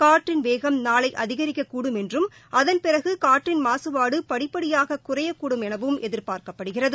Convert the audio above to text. காற்றின் வேகம் நாளை அதிகரிக்கக்கூடும் என்றும் அதன் பிறகு காற்றின் மாகபாடு படிப்படியாக குறையக்கூடும் எனவும் எதிர்பார்க்கப்படுகிறது